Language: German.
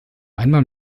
einmal